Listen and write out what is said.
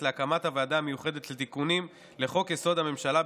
להקמת הוועדה המיוחדת לתיקונים לחוק-יסוד: הממשלה,